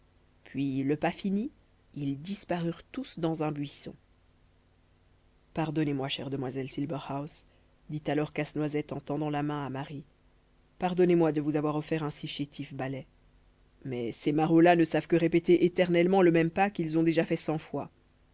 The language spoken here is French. puis le pas fini ils disparurent tous dans un buisson pardonnez-moi chère demoiselle silberhaus dit alors casse-noisette en tendant la main à marie pardonnez-moi de vous avoir offert un si chétif ballet mais ces marauds là ne savent que répéter éternellement le même pas qu'ils ont déjà fait cent fois